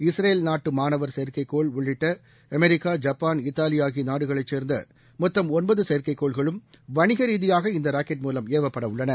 Israel நாட்டு மாணவர் செயற்கைகோள் உள்ளிட்ட அமெரிக்கா ஜப்பான் இத்தாலி ஆகிய நாடுகளை சேர்ந்த மொத்தம் ஒன்பது செயற்கைக்கோள்களும் வணிக ரீதியாக இந்த ராக்கெட் மூலம் ஏவப்பட உள்ளன